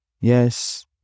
Yes